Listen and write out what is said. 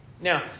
Now